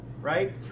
right